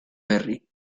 berri